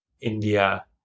India